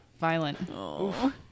violent